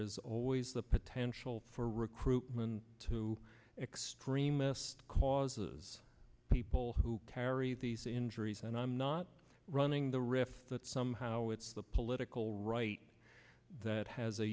is always the potential for recruitment to extremist causes people who carry these injuries and i'm not running the risk that somehow it's the political right that has a